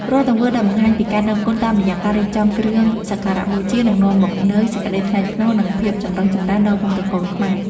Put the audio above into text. រាល់ទង្វើដែលបង្ហាញពីការដឹងគុណតាមរយៈការរៀបចំគ្រឿងសក្ការបូជានឹងនាំមកនូវសេចក្តីថ្លៃថ្នូរ និង ភាពចម្រុងចម្រើនដល់វង្សត្រកូលខ្មែរ។